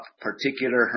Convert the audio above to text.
particular